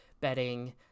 bedding